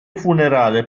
funerale